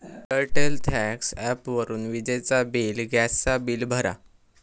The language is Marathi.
एअरटेल थँक्स ॲपवरून विजेचा बिल, गॅस चा बिल भरा